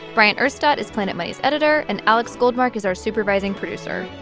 bryant urstadt is planet money's editor, and alex goldmark is our supervising producer.